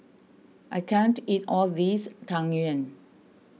I can't eat all of this Tang Yuen